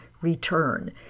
return